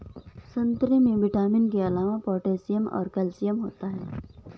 संतरे में विटामिन के अलावा पोटैशियम और कैल्शियम होता है